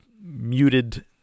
muted